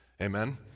Amen